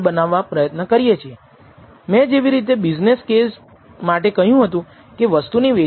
તેથી σ2 એ error variance છે Sxx એ સ્વતંત્ર ચલનું વૈવિધ્ય છે